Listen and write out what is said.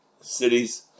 cities